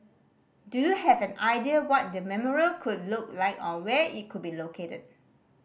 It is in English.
do you have an idea what the memorial could look like or where it could be located